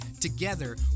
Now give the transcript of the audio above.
Together